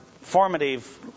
formative